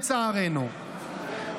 לצערנו,